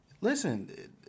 Listen